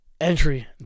Entry